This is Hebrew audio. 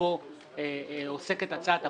שבו עוסקת הצעת החוק,